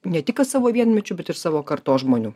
ne tik kad savo vienmečių bet ir savo kartos žmonių